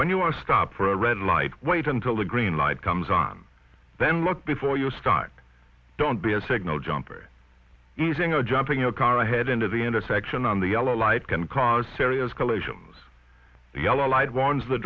when you are stopped for a red light wait until the green light comes on then look before you start don't be a signal jumper using a jumping a car ahead into the intersection on the yellow light can cause serious collisions yellow light warns the